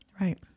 Right